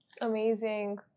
Amazing